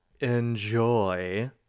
enjoy